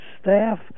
staff